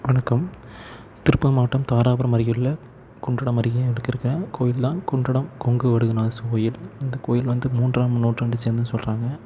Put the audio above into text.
வணக்கம் திருப்பூர் மாவட்டம் தாராபுரம் அருகிலுள்ள குண்டடம் அருகே இருக்கற கோயில் தான் குண்டடம் கொங்குவடுகநாதசாமிக் கோயில் இந்த கோயில் வந்து மூன்றாம் நூற்றாண்டைச் சேர்ந்தது சொல்கிறாங்க